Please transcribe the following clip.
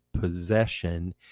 possession